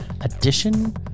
edition